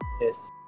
Yes